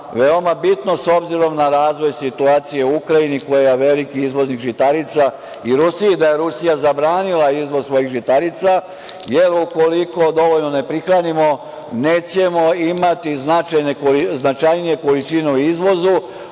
veoma bitno s obzirom na razvoj situacije u Ukrajini koja je veliki izvoznik žitarica i Rusiji. Rusija je zabranila izvoz svojih žitarica. Ukoliko dovoljno ne prihranimo nećemo imati značajnije količine u izvozu.